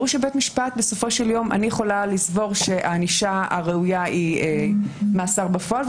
ברור שאני יכולה לסבור שהענישה הראויה היא מאסר בפועל,